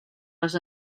les